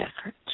efforts